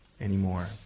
anymore